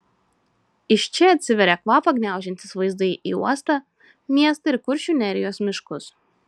iš čia atsiveria kvapą gniaužiantys vaizdai į uostą miestą ir kuršių nerijos miškus